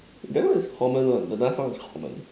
that one is common one the left one is common